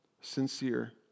sincere